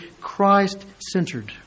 Christ-centered